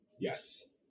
Yes